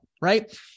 Right